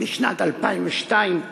בשנת 2002,